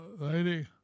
lady